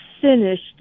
finished